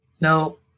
No